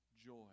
joy